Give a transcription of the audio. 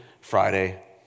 Friday